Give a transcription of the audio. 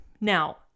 Now